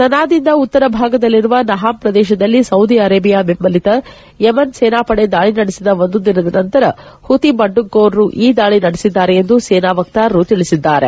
ಸನಾ ದಿಂದ ಉತ್ತರ ಭಾಗದಲ್ಲಿರುವ ನಹಾಮ್ ಪ್ರದೇಶದಲ್ಲಿ ಸೌದಿ ಅರೇಬಿಯಾ ಬೆಂಬಲಿತ ಯೆಮನ್ ಸೇನಾ ಪಡೆ ದಾಳಿ ನಡೆಸಿದ ಒಂದು ದಿನದ ನಂತರ ಹುತಿ ಬಂಡುಕೋರರು ಈ ದಾಳಿ ನಡೆಸಿದ್ದಾರೆ ಎಂದು ಸೇನಾ ವಕ್ತಾರರು ತಿಳಿಸಿದ್ದಾರೆ